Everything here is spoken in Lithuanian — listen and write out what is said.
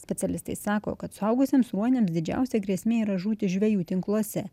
specialistai sako kad suaugusiems ruoniams didžiausia grėsmė yra žūti žvejų tinkluose